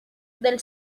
del